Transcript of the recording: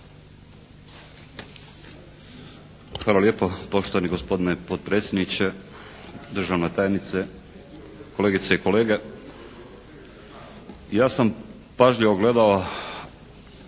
Hvala lijepo poštovani gospodine potpredsjedniče. Državna tajnice, kolegice i kolege. Ja sam pažljivo gledao